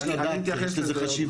אני מבקש לדעת כי יש לזה חשיבות.